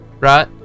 Right